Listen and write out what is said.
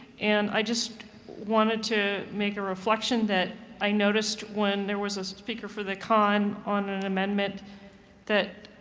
and i just wanted to make a reflection that i noticed when there was a speaker for the con on an amendment that